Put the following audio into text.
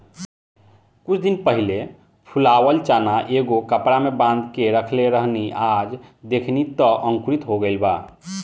कुछ दिन पहिले फुलावल चना एगो कपड़ा में बांध के रखले रहनी आ आज देखनी त अंकुरित हो गइल बा